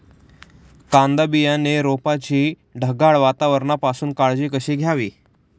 कांदा बियाणे रोपाची ढगाळ वातावरणापासून काळजी कशी घ्यावी?